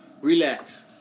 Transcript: Relax